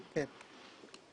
בבקשה.